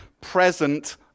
present